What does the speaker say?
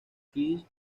chris